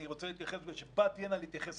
אני רוצה להתייחס מפני שבאתי הנה להתייחס